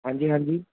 ਹਾਂਜੀ ਹਾਂਜੀ